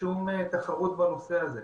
שום תחרות בנושא הזה,